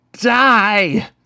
die